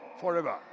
forever